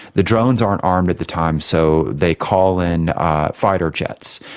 the drones aren't armed at the time so they call in fighter jets.